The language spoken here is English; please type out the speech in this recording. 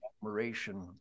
admiration